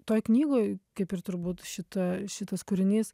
toj knygoj kaip ir turbūt šita šitas kūrinys